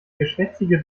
geschwätzige